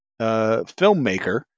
filmmaker